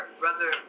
brother